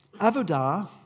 Avodah